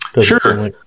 Sure